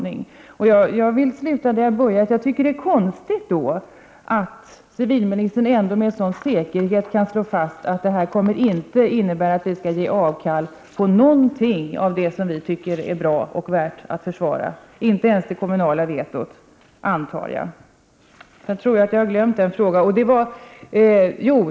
Jag vill sluta där jag började, nämligen med att säga att jag tycker att det är konstigt att civilministern med sådan säkerhet kan slå fast att EG-anpassningen inte kommer att innebära att vi ger avkall på något av det som vi tycker är bra och värt att försvara — inte ens det kommunala vetot, antar jag. Jag glömde att ta upp en fråga.